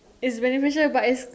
is beneficial but is